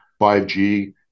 5G